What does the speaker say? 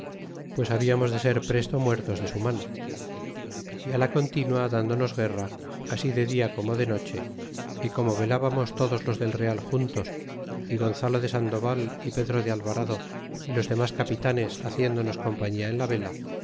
pues hablamos de ser presto muertos de su mano y a la continua dndonos guerra así de dia como de noche y como yelbamos todos los del real juntos y gonzalo de sandoval y pedro de alvarado y los demas capitanes haciéndonos compañía en la vela